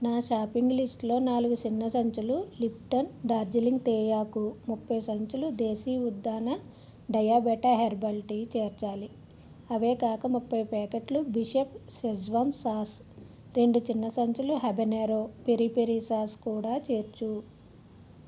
నా షాపింగ్ లిస్టులో నాలుగు చిన్న సంచులు లిప్టన్ డార్జీలింగ్ తేయాకు ముప్పై సంచులు దేశీ ఉత్థాన డయాబెటా హెర్బల్ టీ చేర్చాలి అవే కాక ముప్పై ప్యాకెట్లు బీ షెఫ్ షెజ్వాన్ సాస్ రెండు చిన్న సంచులు హెబనెరో పెరి పెరి సాస్ కూడా చేర్చు